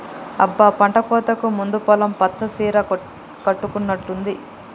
అబ్బ పంటకోతకు ముందు పొలం పచ్చ సీర కట్టుకున్నట్టుంది